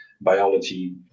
biology